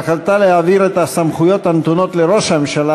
על החלטתה להעביר את הסמכויות הנתונות לראש הממשלה